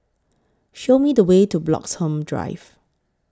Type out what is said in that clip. Show Me The Way to Bloxhome Drive